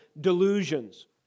delusions